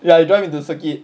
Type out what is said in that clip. ya you drive into circuit